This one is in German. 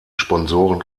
sponsoren